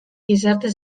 gizarte